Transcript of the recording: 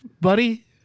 buddy